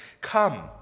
come